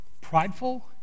prideful